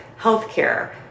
healthcare